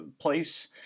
place